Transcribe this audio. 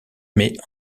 mais